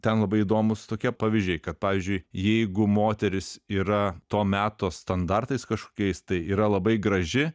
ten labai įdomūs tokie pavyzdžiai kad pavyzdžiui jeigu moteris yra to meto standartais kažkokiais tai yra labai graži